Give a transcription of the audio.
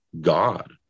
God